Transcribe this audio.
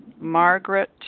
Margaret